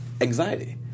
anxiety